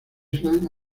island